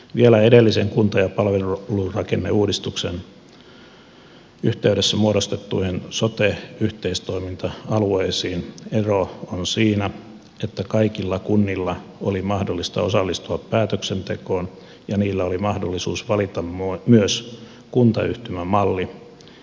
ero edellisen kunta ja palvelurakenneuudistuksen yhteydessä muodostettuihin sote yhteistoiminta alueisiin on siinä että kaikilla kunnilla oli mahdollista osallistua päätöksentekoon ja niillä oli mahdollisuus valita myös kuntayhtymämalli isäntäkuntamallin ohella